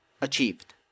achieved